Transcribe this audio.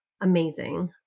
amazing